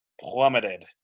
plummeted